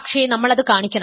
പക്ഷേ നമ്മളത് കാണിക്കണം